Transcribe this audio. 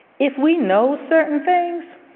if we know certain things,